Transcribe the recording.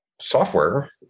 software